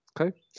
Okay